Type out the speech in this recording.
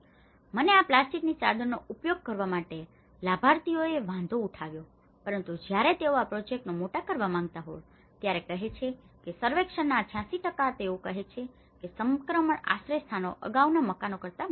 અને આ પ્લાસ્ટિકની ચાદરનો ઉપયોગ કરવા માટે લાભાર્થીઓએ વાંધો ઉઠાવ્યો હતો પરંતુ જ્યારે તેઓ આ પ્રોજેક્ટને મોટા કરવા માંગતા હોય ત્યારે તેઓ કહે છે કે સર્વેક્ષણના 86 તેઓ કહે છે કે સંક્રમણ આશ્રયસ્થાનો અગાઉના મકાનો કરતા મોટા હતા